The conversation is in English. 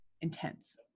intense